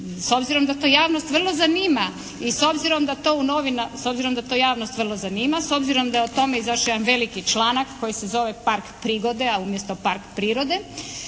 u dijelu koji se odnosi na čempresi, s obzirom da to javnost vrlo zanima, s obzirom da je o tome izašao jedan veliki članak koji se zove "Park prigode", a umjesto "Park prirode".